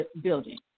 building